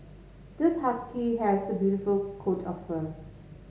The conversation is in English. this husky has a beautiful coat of fur